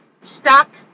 stock